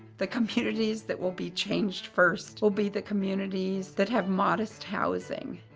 the communities that will be changed first will be the communities that have modest housing.